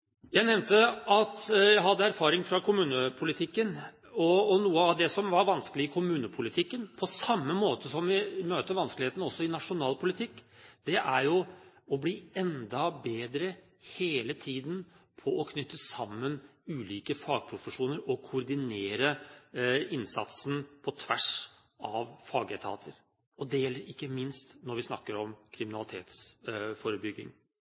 Jeg nevnte at jeg har erfaring fra kommunepolitikken. Noe av det som var vanskelig i kommunepolitikken, på samme måte som vi møter vanskelighetene også i nasjonal politikk, er å bli enda bedre hele tiden på å knytte sammen ulike fagprofesjoner og koordinere innsatsen på tvers av fagetater. Det gjelder ikke minst når vi snakker om